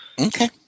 Okay